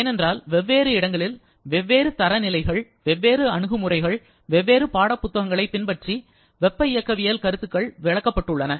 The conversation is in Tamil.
ஏனென்றால் வெவ்வேறு இடங்களில் வெவ்வேறு தரநிலைகள் வெவ்வேறு அணுகுமுறைகள் வெவ்வேறு பாடப்புத்தகங்களைப் பின்பற்றி வெப்ப இயக்கவியல் கருத்துக்கள் விளக்கப்பட்டுள்ளன